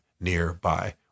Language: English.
nearby